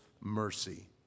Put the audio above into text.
mercy